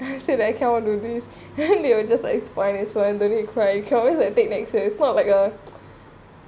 I said I cannot do this then they will just like it's fine don't need to cry you can always like take next year it's not like a